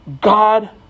God